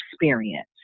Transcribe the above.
experience